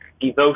devotion